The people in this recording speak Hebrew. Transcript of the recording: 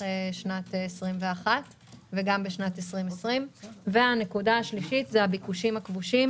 שנת 2021 וגם בשנת 2020; והביקושים הכבושים